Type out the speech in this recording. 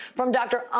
from dr.